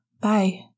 Bye